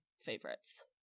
favorites